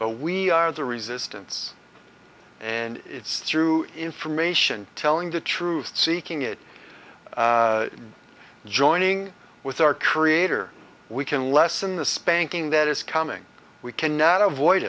but we are in the resistance and it's through information telling the truth seeking it joining with our creator we can lessen the spanking that is coming we cannot avoid